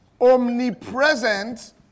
omnipresent